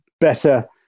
better